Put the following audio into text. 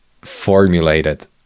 formulated